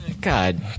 God